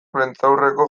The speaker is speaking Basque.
prentsaurreko